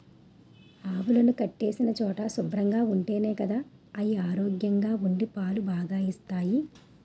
ఆవులు కట్టేసిన చోటు శుభ్రంగా ఉంటేనే గదా అయి ఆరోగ్యంగా ఉండి పాలు బాగా ఇస్తాయి